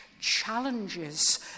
challenges